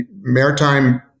maritime